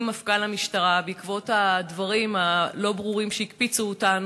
מפכ"ל המשטרה בעקבות הדברים הלא-ברורים שהקפיצו אותנו,